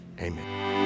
Amen